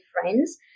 friends